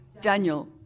Daniel